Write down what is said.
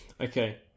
okay